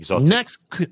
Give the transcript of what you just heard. Next